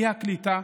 האי-קליטה,